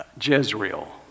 Jezreel